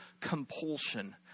compulsion